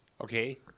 Okay